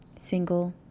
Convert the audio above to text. single